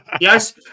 Yes